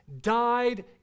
died